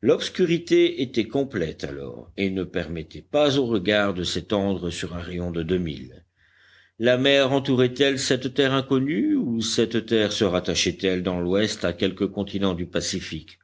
l'obscurité était complète alors et ne permettait pas au regard de s'étendre sur un rayon de deux milles la mer entourait elle cette terre inconnue ou cette terre se rattachait elle dans l'ouest à quelque continent du pacifique